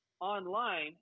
online